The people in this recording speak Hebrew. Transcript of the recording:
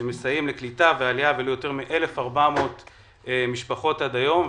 שמסייעים בקליטה ועלייה ליותר מ-1,400 משפחות עד היום,